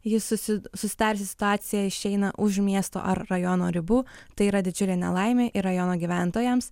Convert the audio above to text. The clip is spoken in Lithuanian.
jis susi susidariusi situacija išeina už miesto ar rajono ribų tai yra didžiulė nelaimė ir rajono gyventojams